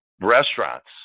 Restaurants